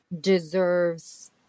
deserves